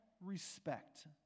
respect